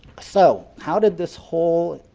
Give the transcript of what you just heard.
so how did this whole